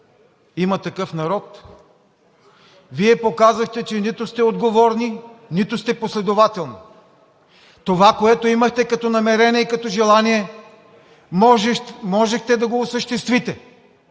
„Има такъв народ“, Вие показахте, че нито сте отговорни, нито сте последователни. Това, което имахте като намерение и като желание, можехте да го осъществите,